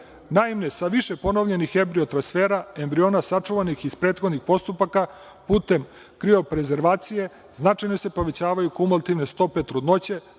Naime, sa više ponovljenih embriotrasfera, embriona sačuvanih iz prethodnih postupaka putem krio prezervacije, značajno se povećavaju kumaltivne stope trudnoće,